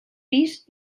pis